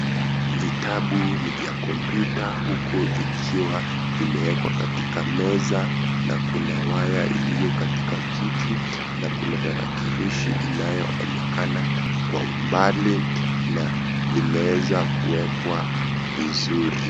Vitabu ni vya kompyuta huku vikiwa vimewekwa katika meza; na kuna waya iliyo katika kiti, na kuna tarakilishi inayoonekana kwa umbali na limeweza kuwekwa vizuri.